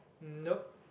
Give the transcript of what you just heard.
nope